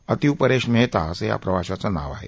अतिव परेश मेहता असं या प्रवाशाचं नाव आहे